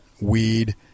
weed